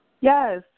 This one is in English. Yes